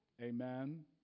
Amen